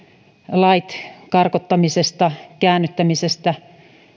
lait karkottamisesta käännyttämisestä